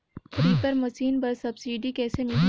Reaper machine बर subsidy कइसे मिलही?